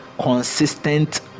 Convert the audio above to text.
consistent